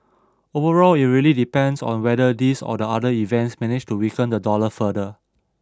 overall it really depends on whether these or other events manage to weaken the dollar further